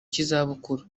cy’izabukuru